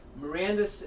Miranda